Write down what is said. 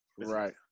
right